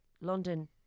London